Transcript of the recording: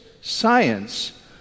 science